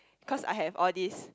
cause I have all these